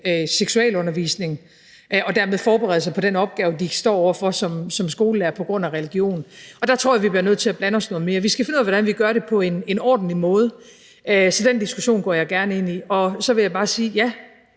seksualundervisning, og at man dermed ikke kan forberede sig på den opgave, de står over for som skolelærer, på grund af religion, tror jeg, vi bliver nødt til at blande os noget mere. Vi skal finde ud af, hvordan vi gør det på en ordentlig måde, så den diskussion går jeg gerne ind i. Så vil jeg bare sige, at